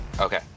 Okay